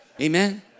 Amen